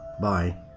bye